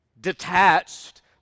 detached